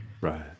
Right